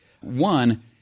One